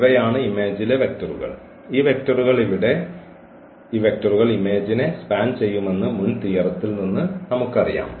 ഇവയാണ് ഇമേജിലെ വെക്റ്ററുകൾ ഈ വെക്റ്ററുകൾ ഇവിടെ ഈ വെക്റ്ററുകൾ ഇമേജിനെ സ്പാൻ ചെയ്യുമെന്ന് മുൻ തിയറത്തിൽ നിന്ന് നമുക്കറിയാം